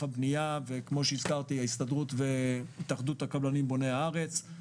הבניה ההסתדרות והתאחדות הקבלנים בוני הארץ.